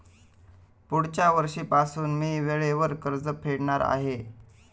पुढच्या वर्षीपासून मी वेळेवर कर्ज फेडणार आहे